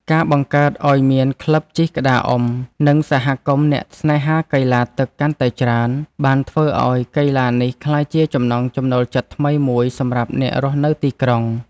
ការបង្កើតឱ្យមានក្លឹបជិះក្តារអុំ និងសហគមន៍អ្នកស្នេហាកីឡាទឹកកាន់តែច្រើន បានធ្វើឱ្យកីឡានេះក្លាយជាចំណង់ចំណូលចិត្តថ្មីមួយសម្រាប់អ្នករស់នៅទីក្រុង។